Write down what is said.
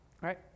Right